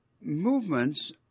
Movements